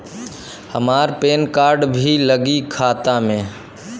हमार PAN card भी लगी खाता में?